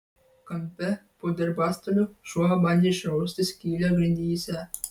kampe po darbastaliu šuo bandė išrausti skylę grindyse